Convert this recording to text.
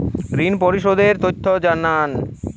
ঋন পরিশোধ এর তথ্য জানান